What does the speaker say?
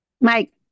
mike